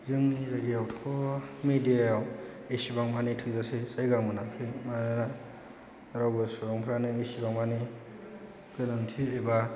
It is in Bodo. जोंनि एरियाआवथ' मिडियाआव इसेबां माने थोजासे जायगा मोनाखै रावबो सुबुंफोरानो इसेबां माने गोनांथि एबा